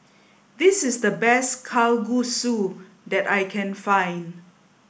this is the best Kalguksu that I can find